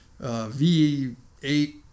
V8